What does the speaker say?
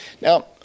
Now